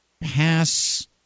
pass